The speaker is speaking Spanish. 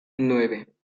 nueve